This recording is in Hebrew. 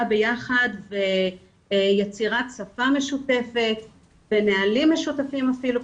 ביחד ויצירת שפה משותפת ונהלים משותפים אפילו,